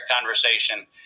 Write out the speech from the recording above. conversation